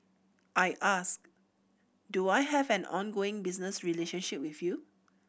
I asked do I have an ongoing business relationship with you